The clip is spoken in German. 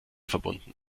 verbunden